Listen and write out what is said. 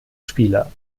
spieler